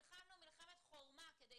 הרחבנו את זה לכל